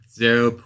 zero